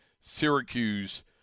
Syracuse